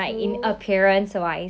like skin and bones